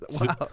Wow